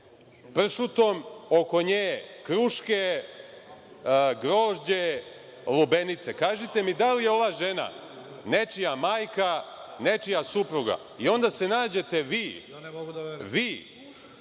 pršutom, oko nje kruške, grožđe, lubenice? Kažite mi da li je ova žena nečija majka, nečija supruga? I onda se nađete vi, vi